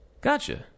Gotcha